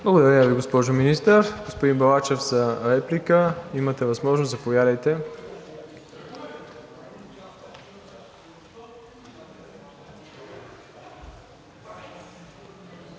Благодаря Ви, госпожо Министър. Господин Балачев, за реплика имате възможност – заповядайте.